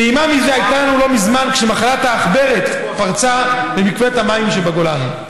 טעימה מזה הייתה לנו לא מזמן כשמחלת העכברת פרצה במקווי המים בגולן.